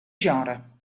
genre